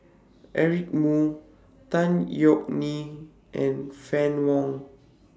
Eric Moo Tan Yeok Nee and Fann Wong